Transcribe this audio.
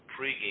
pregame